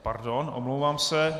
Pardon, omlouvám se.